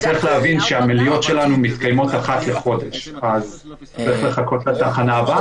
הוא יכול לצאת תוך כמה שבועות.